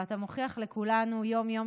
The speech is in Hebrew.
ואתה מוכיח לכולנו יום-יום,